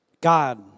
God